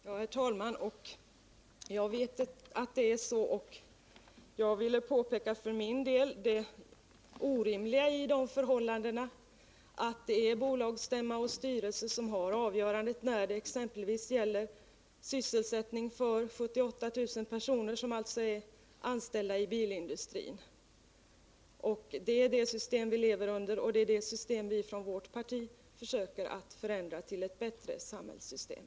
Herr talman! Jag vet att det är så. Jag har påpekat det orimliga i det förhållandet att det är bolagsstämma och styrelse som har avgörandet exempelvis när det gäller sysselsättningen för de 78 000 personer som är anställda i bilindustrin. Det är det systemet vi lever under, och det systemet försöker vi från vårt partis sida att förändra till ett bättre samhällssystem.